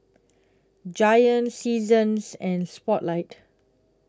Giant Seasons and Spotlight